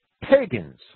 pagans